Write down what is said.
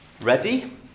ready